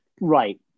Right